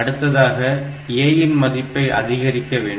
அடுத்ததாக A இன் மதிப்பை அதிகரிக்க வேண்டும்